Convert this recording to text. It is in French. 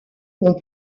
ont